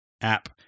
app